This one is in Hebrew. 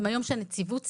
זה מהיום שהנציבות סיימה?